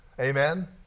Amen